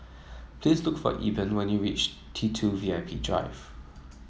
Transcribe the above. please look for Eben when you reach T two V I P Drive